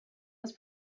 was